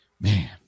Man